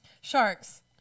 Sharks